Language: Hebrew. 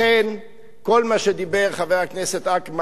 כל מה שדיבר חבר הכנסת אכרם חסון,